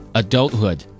adulthood